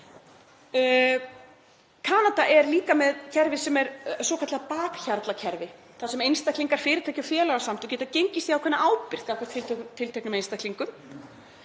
Kanada er líka með kerfi sem er svokallað bakhjarlakerfi þar sem einstaklingar, fyrirtæki og félagasamtök geta gengist í ákveðna ábyrgð gagnvart tilteknum einstaklingum.